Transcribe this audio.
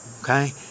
okay